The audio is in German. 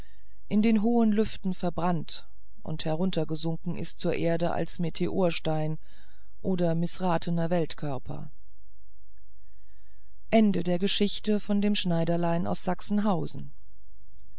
in den hohen lüften verbrannt und heruntergesunken ist zur erde als meteorstein oder mißratner weltkörper ende der geschichte von dem schneiderlein aus sachsenhausen